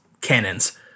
cannons